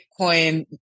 bitcoin